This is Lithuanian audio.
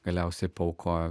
galiausiai paaukojo